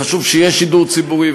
חשוב שיהיה שידור ציבורי,